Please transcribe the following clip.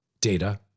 Data